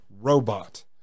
robot